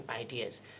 ideas